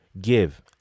give